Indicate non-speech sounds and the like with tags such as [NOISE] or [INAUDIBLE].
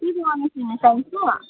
[UNINTELLIGIBLE]